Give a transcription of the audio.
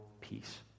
peace